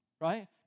Right